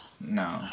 No